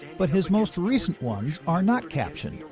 but his most recent ones are not captioned.